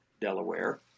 Delaware